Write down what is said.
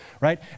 right